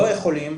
לא יכולים,